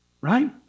Right